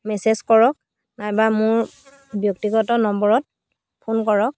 message কৰক নাইবা মোৰ ব্যক্তিগত নম্বৰত ফোন কৰক